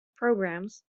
programs